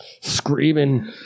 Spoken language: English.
screaming